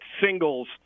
singles